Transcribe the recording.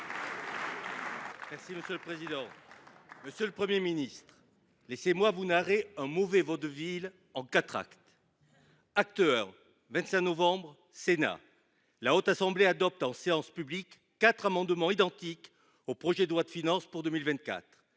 Les Républicains. Monsieur le Premier ministre, permettez moi de vous narrer un mauvais vaudeville en quatre actes. Acte I, 25 novembre, Sénat. La Haute Assemblée adopte en séance publique quatre amendements identiques au projet de loi de finances pour 2024,